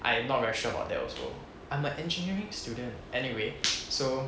I not very sure about that also I'm a engineering student anyway so